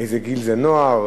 איזה גיל זה נוער,